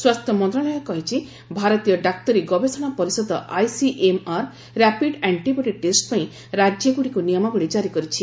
ସ୍ୱାସ୍ଥ୍ୟ ମନ୍ତ୍ରଣାଳୟ କହିଛି ଭାରତୀୟ ଡାକ୍ତରୀ ଗବେଷଣା ପରିଷଦ ଆଇସିଏମ୍ଆର୍ ର୍ୟାପିଡ୍ ଆଷ୍ଟିବଡି ଟେଷ୍ଟପାଇଁ ରାଜ୍ୟଗୁଡ଼ିକୁ ନିୟମାବଳୀ ଜାରି କରିଛି